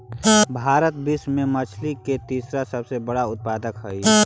भारत विश्व में मछली के तीसरा सबसे बड़ा उत्पादक हई